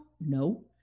No